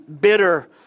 bitter